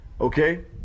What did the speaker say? Okay